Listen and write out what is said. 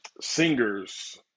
Singers